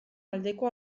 aldeko